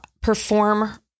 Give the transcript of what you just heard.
perform